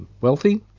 wealthy